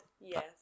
Yes